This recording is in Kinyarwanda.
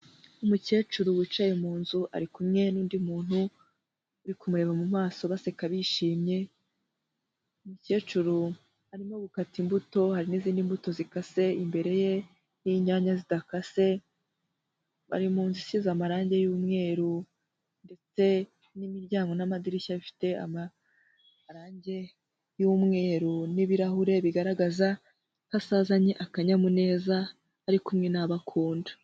Umukecuru wicaye mu nzu ari kumwe n'undi muntu uri kumureba mu maso baseka bishimye. Umukecuru arimo gukata imbuto, hari n'izindi mbuto zikase imbere ye n'inyanya zidakase. Bari munzu isize amarangi y'umweru ndetse n'imiryango n'amadirishya bifite amarangi y'umweru n'ibirahure bigaragaza ko asazanye akanyamuneza ari kumwe n'abakunda.